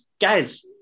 guys